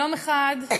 יום אחד,